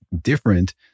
different